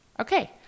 Okay